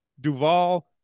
Duval